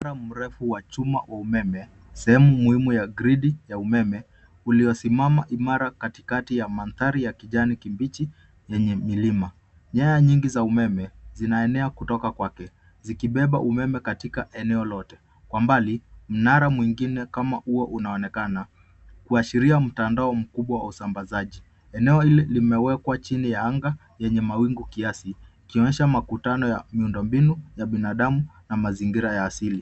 Mnara mrefu wa chuma wa umeme. Sehemu muhimu ya gridi ya umeme uliosimama imara katikati ya mandhari ya kijani kibichi lenye milima. Nyaya nyingi za umeme zinaenea kutoka kwake zikibeba umeme katika eneo lote. Kwa mbali mnara mwingine kama huo unaonekana kuashiria mtandao mkubwa wa usambazaji. Eneo hili limewekwa chini ya anga lenye mawingu kiasi ikionyesha makutano ya miundo mbinu, binadamu na mazingira asili.